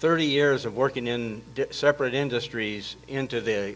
thirty years of working in separate industries into